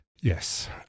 Yes